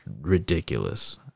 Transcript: ridiculous